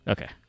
Okay